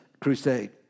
crusade